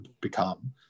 become